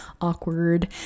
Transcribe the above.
awkward